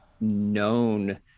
known